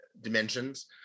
dimensions